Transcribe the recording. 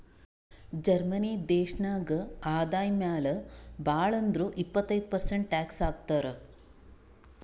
Germany ದೇಶನಾಗ್ ಆದಾಯ ಮ್ಯಾಲ ಭಾಳ್ ಅಂದುರ್ ಇಪ್ಪತ್ತೈದ್ ಪರ್ಸೆಂಟ್ ಟ್ಯಾಕ್ಸ್ ಹಾಕ್ತರ್